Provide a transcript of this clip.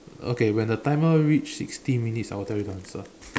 okay when the timer reach sixty minutes I will tell you the answer